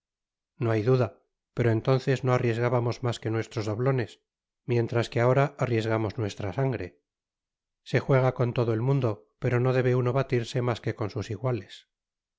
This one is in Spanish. no hay duda pero entonces no arriesgábamos mas que nuestros doblones mientras que ahora arriesgamos nuestra sangre se juega con todo el mundo pero no debe uno batirse mas que con sus iguales